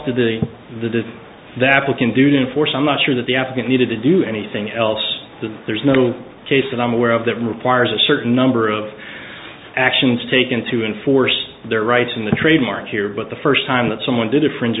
did the this that we can do to enforce i'm not sure that the afghans needed to do anything else that there's no case that i'm aware of that requires a certain number of actions taken to enforce their rights in the trademark here but the first time that someone did a fringe